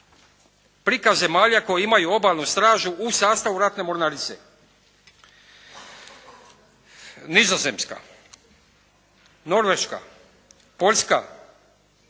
Prikaz zemalja koje imaju obalnu stražu u sastavu ratne mornarice. Nizozemska, Norveška, Poljska,